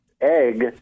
egg –